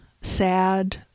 sad